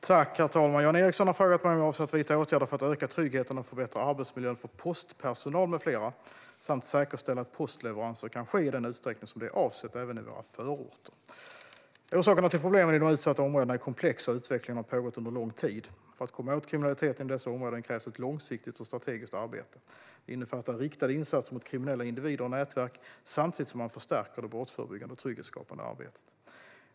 Herr talman! Jan Ericson har frågat mig om jag avser att vidta åtgärder för att öka tryggheten och förbättra arbetsmiljön för postpersonal med flera samt säkerställa att postleveranser kan ske i den utsträckning som det är avsett, även i våra förorter. Orsakerna till problemen i de utsatta områdena är komplexa, och utvecklingen har pågått under lång tid. För att komma åt kriminaliteten i dessa områden krävs ett långsiktigt och strategiskt arbete. Det innefattar riktade insatser mot kriminella individer och nätverk samtidigt som man förstärker det brottsförebyggande och trygghetsskapande arbetet.